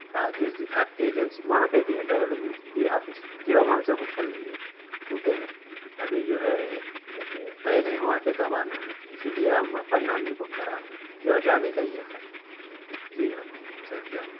ہاں جس جی آپ کی ایجنسی وہاں پہ بھی ہے ٹریویل ایجنسی جی آفس جی ہاں وہاں سے بک کر لیں گے کیونکہ ابھی جو ہے طے نہیں ہوا کہ کب آنا ہے اسی لیے ہم اپ این ڈاون نہیں بک کرا رہے جی ہاں جانے کا ہی ہے خالی جی ہاں صرف جانے کا